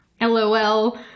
lol